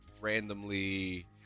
randomly